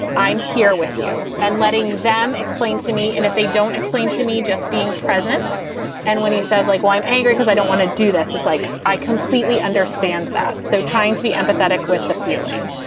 i'm here with you and letting them explain to me. and if they don't explain to me just being present and when he says, like, i'm angry because i don't want to do this, it's like i completely understand that. so trying to be empathetic with the feeling,